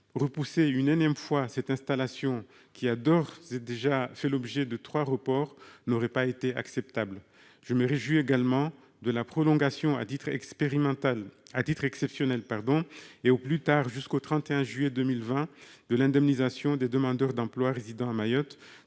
Repousser encore cette installation, qui a déjà fait l'objet de trois reports, n'aurait pas été acceptable ! Ensuite, je me félicite de la prolongation, à titre exceptionnel et au plus tard jusqu'au 31 juillet 2020, de l'indemnisation des demandeurs d'emploi résidant à Mayotte